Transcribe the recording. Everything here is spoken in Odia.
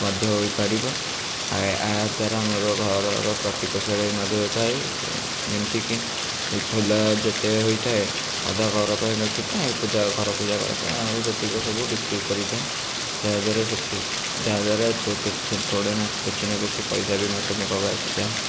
ମଧ୍ୟ ହୋଇପାରିବ ଏହାଦ୍ୱାରା ଆମର ଘରର ପ୍ରତି ପାର୍ଶ୍ୱରେ ମାଡ଼ି ରହିଥାଏ ଯେମିତି କି ଏ ଫୁଲ ଯେତେ ହୋଇଥାଏ ଅଧା ଘର ପାଇଁ ରଖିଥାଏ ପୂଜା ଘରେ ପୂଜା କରିବା ପାଇଁ ଆଉ ଯେତିକି ସବୁ ବିକ୍ରି କରିଥାଏ ଯାହାଦ୍ୱାରା ଯାହାଦ୍ୱାରା କିଛି ନା କିଛି ପଇସା ବି ମୋ ପାଖକୁ ଆସିଥାଏ